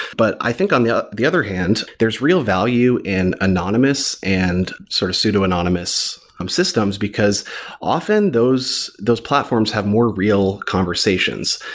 but i think on the the other hand, there's real value in anonymous and sort of pseudo-anonymous um systems, because often those those platforms have more real conversations,